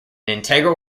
integral